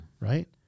Right